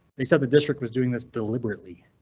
they said the district was doing this deliberately.